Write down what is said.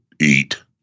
eat